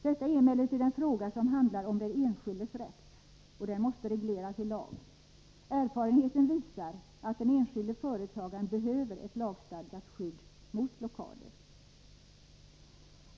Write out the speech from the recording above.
Det är emellertid en fråga som handlar om den enskildes rätt, och den måste regleras i lag. Erfarenheten visar att den enskilde företagaren behöver ett lagstadgat skydd mot blockader.